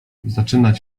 zaczynać